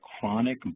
chronic